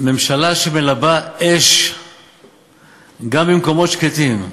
ממשלה שמלבה אש גם במקומות שקטים,